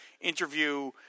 interview